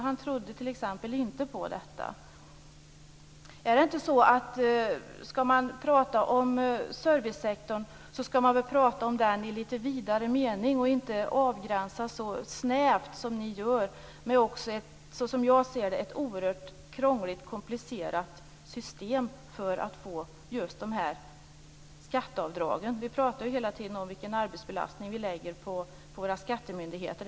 Han trodde t.ex. inte på detta. Skall man prata om servicesektorn skall man väl prata om den i lite vidare mening? Man skall inte avgränsa så snävt som ni, som jag ser det, gör med ett oerhört krångligt och komplicerat system för de här skatteavdragen. Vi pratar ju hela tiden om vilken arbetsbelastning vi lägger på våra skattemyndigheter.